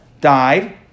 died